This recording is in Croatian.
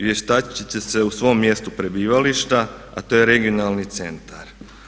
Vještačit će se u svom mjestu prebivališta, a to je regionalni centar.